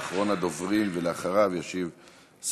שעצם הפרסום שלו בעיתון כאילו משרת את אותו מיעוט